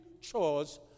chores